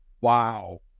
Wow